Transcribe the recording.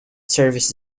service